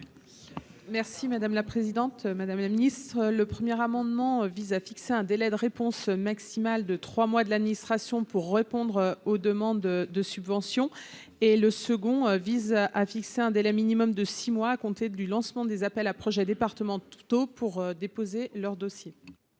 Merci madame la présidente, madame la Ministre, le premier amendement vise à fixer un délai de réponse maximale de 3 mois de l'administration pour répondre aux demandes de subventions et le second vise à fixer un délai minimum de 6 mois à compter du lancement des appels à projets département pour déposer leur dossier.